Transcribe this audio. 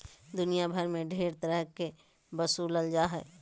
दुनिया भर मे ढेर तरह के कर बसूलल जा हय